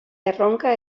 erronka